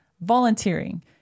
volunteering